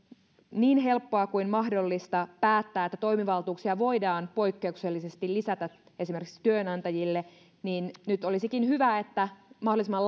niin helppoa kuin mahdollista päättää että toimivaltuuksia voidaan poikkeuksellisesti lisätä esimerkiksi työnantajille ja nyt olisikin hyvä että mahdollisimman